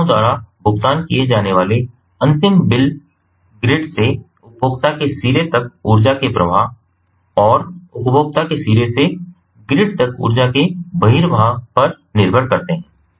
उपभोक्ताओं द्वारा भुगतान किए जाने वाले अंतिम बिल ग्रिड से उपभोक्ता के सिरे तक ऊर्जा के प्रवाह और उपभोक्ता के सिरे से ग्रिड तक ऊर्जा के बहिर्वाह पर निर्भर करते हैं